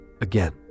Again